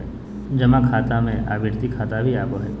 जमा खाता में आवर्ती खाता भी आबो हइ